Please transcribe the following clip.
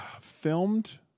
filmed